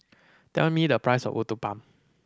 tell me the price of Uthapam